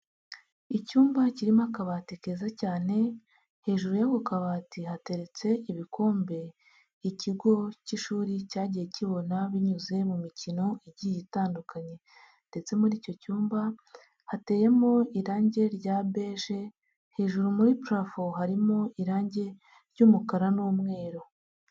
Icyumba kirimo akabati keza cyane hejuru y'ako kabati hateretse ibikombe ikigo cy'ishuri cyagiye kibona binyuze mu mikino igiye itandukanye, ndetse muri icyo cyumba hateyemo irangi rya beje hejuru muri parafo harimo irangi ry'umukara n'umweru.